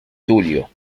tulio